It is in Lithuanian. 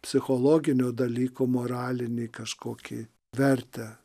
psichologinių dalykų moralinį kažkokį vertę